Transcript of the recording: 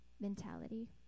mentality